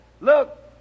look